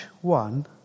one